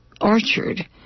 orchard